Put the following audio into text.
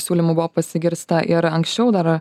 siūlymų buvo pasigirsta ir anksčiau dar